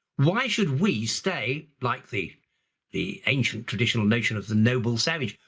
why should we stay, like the the ancient traditional nation of the noble savage,